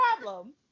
problem